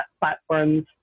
platforms